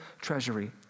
treasury